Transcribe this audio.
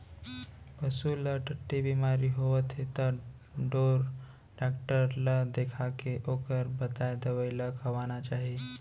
पसू ल टट्टी बेमारी होवत हे त ढोर डॉक्टर ल देखाके ओकर बताए दवई ल खवाना चाही